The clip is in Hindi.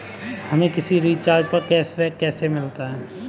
हमें किसी रिचार्ज पर कैशबैक कैसे मिलेगा?